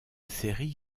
série